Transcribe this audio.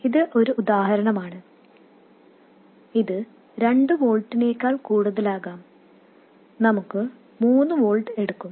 ഇത് ഒരു ഉദാഹരണമാണ് ഇത് രണ്ട് വോൾട്ടിനേക്കാൾ കൂടുതലാകാം നമുക്ക് മൂന്ന് വോൾട്ട് എടുക്കാം